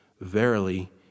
Verily